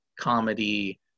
comedy